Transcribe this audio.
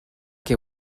que